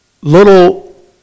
little